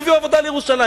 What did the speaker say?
הם הביאו עבודה לירושלים.